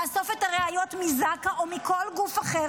לאסוף את הראיות מזק"א או מכל גוף אחר